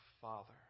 Father